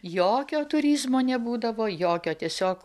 jokio turizmo nebūdavo jokio tiesiog